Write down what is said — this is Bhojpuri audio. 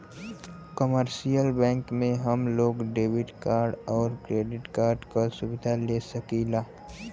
कमर्शियल बैंक से हम लोग डेबिट कार्ड आउर क्रेडिट कार्ड क सुविधा ले सकीला